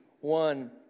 one